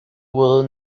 will